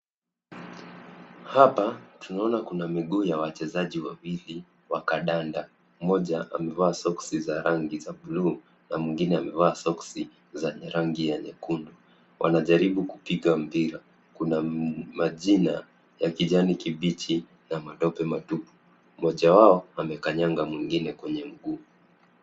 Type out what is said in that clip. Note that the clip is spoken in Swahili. Hapa, tunaona kuna miguu ya wachezaji wawili wa kandanda. Mmoja amevaa soksi za rangi za bluu na mwingine amevaa soksi zenye rangi ya nyekundu. Wanajaribu kupiga mpira. Kuna majina, ya kijani kibichi, na matope matupu. Mmoja wao, amekanyaga mwingine kwenye mguu.